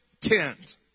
tent